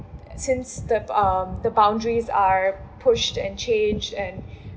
since the um the boundaries are pushed and changed and